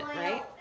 right